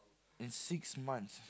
in six months